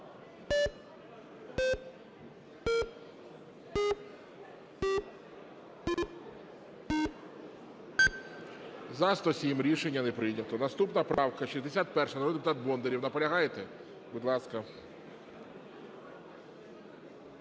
За-107 Рішення не прийнято. Наступна правка – 61, народний депутат Бондарєв. Наполягаєте? Будь ласка.